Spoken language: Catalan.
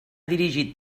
dirigit